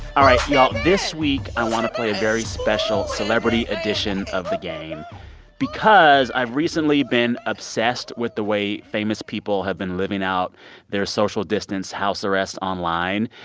all right, y'all, this week, i want to play very special celebrity edition of the game because i've recently been obsessed with the way famous people have been living out their social distance house arrest online.